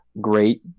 great